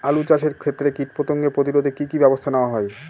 আলু চাষের ক্ষত্রে কীটপতঙ্গ প্রতিরোধে কি কী ব্যবস্থা নেওয়া হয়?